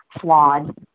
flawed